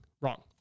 wrong